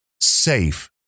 safe